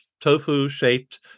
tofu-shaped